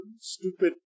stupid